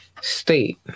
state